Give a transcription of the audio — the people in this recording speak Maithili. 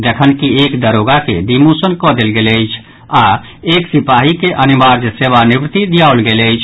जखनकि एक दारोगा के डिमोशन कऽ देल गेल अछि आओर एक सिपाही के अनिवार्य सेवानिवृत्ति दियाओल गेल अछि